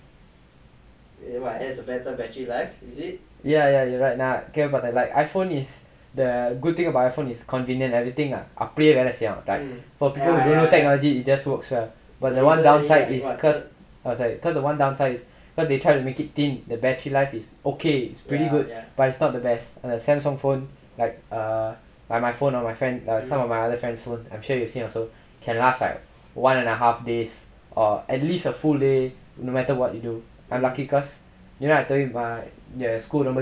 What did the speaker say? ya ya you are right about that like iphone is the good thing about iphone is convenient everything ah அப்டியே வேல செய்யும்:apdiyae vela seiyum right for new technology it just works well but that one downside is cause I was like cause the one downside is cause when they try to make it thin the battery life is okay it's pretty good but it's not the best and a samsung phone like err my my phone or my friend lah some of my other friends were I'm sure you've seen also it can last like one and a half days or at least a full day no matter what you do I'm lucky cause you know I told you my school ரொம்ப thooram:romba thooram